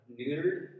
neutered